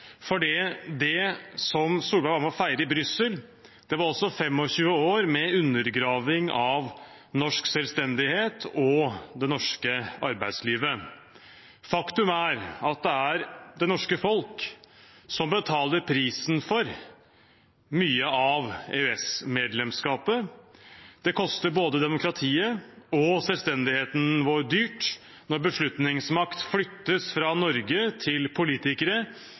for det Solberg var med å feire i Brussel, var også 25 år med undergraving av norsk selvstendighet og det norske arbeidslivet. Faktum er at det er det norske folk som betaler prisen for mye av EØS-medlemskapet. Det koster både demokratiet og selvstendigheten vår dyrt når beslutningsmakt flyttes fra Norge til politikere